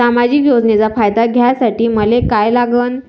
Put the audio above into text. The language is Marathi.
सामाजिक योजनेचा फायदा घ्यासाठी मले काय लागन?